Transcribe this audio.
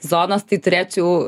zonos tai turėčiau